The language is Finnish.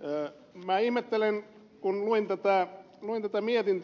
röö mä ihmettelen kun voi välttää monta mäntyyn